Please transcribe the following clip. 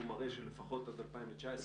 הוא מראה שלפחות עד 2019,